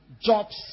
jobs